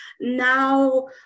now